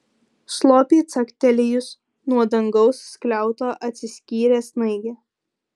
slopiai caktelėjus nuo dangaus skliauto atsiskyrė snaigė